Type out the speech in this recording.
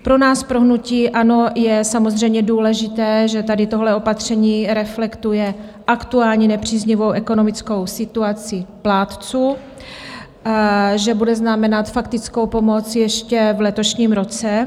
Pro nás, pro hnutí ANO, je samozřejmě důležité, že tady tohle opatření reflektuje aktuální nepříznivou ekonomickou situaci plátců, že bude znamenat faktickou pomoc ještě v letošním roce.